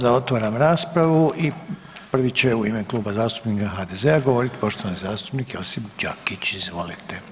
Sada otvaram raspravu i prvi će u ime Kluba zastupnika HDZ-a govoriti poštovani zastupnik Josip Đakić, izvolite.